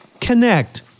connect